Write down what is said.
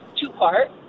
two-part